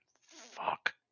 Fuck